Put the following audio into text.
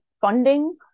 funding